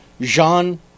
Jean